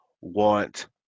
want